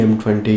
M20